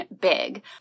big